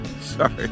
Sorry